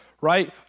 right